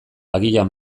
agian